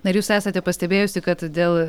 na ir jūs esate pastebėjusi kad dėl